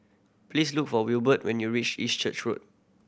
please look for Wilbert when you reach East Church Road